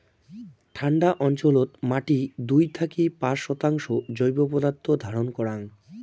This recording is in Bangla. ঠান্ডা অঞ্চলত মাটি দুই থাকি পাঁচ শতাংশ জৈব পদার্থ ধারণ করাং